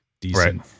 Decent